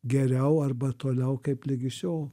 geriau arba toliau kaip ligi šiol